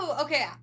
okay